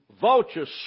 vultures